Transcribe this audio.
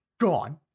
gone